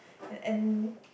and